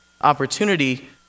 opportunity